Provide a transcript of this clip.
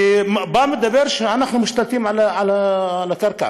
בא ואומר שאנחנו משתלטים על הקרקע,